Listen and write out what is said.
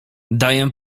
daję